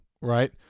Right